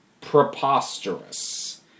preposterous